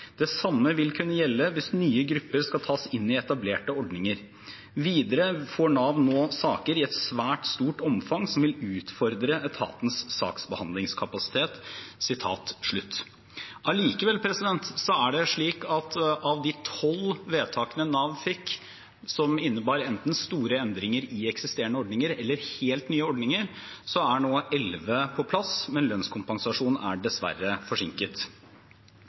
Det samme vil kunne gjelde hvis nye grupper skal tas inn i etablerte ordninger. Videre får Nav nå saker i et svært stort omfang, som vil utfordre etatens saksbehandlingskapasitet. Allikevel er det slik at av de tolv vedtakene Nav fikk, som innebar enten store endringer i eksisterende ordninger eller helt nye ordninger, er nå elleve på plass, men lønnskompensasjonen er dessverre forsinket.